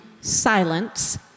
silence